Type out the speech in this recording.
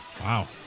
Wow